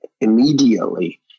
immediately